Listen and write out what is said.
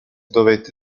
dovette